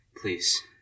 please